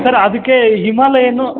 sir ಅದಕ್ಕೇ Himalayan